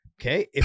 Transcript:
Okay